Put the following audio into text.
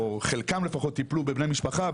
או חלקם לפחות קיבלו בבני משפחה,